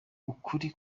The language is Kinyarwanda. ukuri